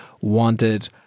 wanted